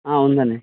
ఉందండి